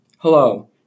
Hello